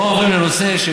לא עוברים לנושא,